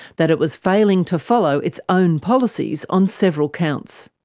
that it was failing to follow its own policies on several counts.